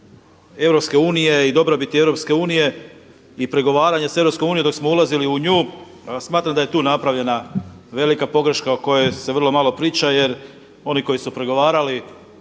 Europske unije i dobrobiti Europske unije i pregovaranja s Europskom unijom dok smo ulazili u nju. Ja smatram da je tu napravljena velika pogreška o kojoj se vrlo malo priča jer oni koji su pregovarali